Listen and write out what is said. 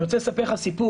אני רוצה לספר לך סיפור